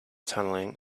tunneling